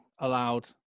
allowed